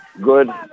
good